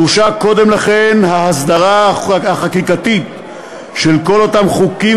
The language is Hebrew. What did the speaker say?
דרושה קודם לכן הסדרה חקיקתית של כל אותם חוקים